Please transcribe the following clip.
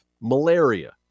Malaria